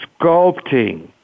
sculpting